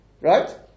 Right